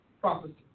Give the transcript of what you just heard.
prophecy